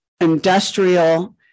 industrial